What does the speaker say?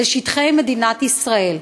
לשטחי מדינת ישראל.